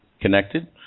connected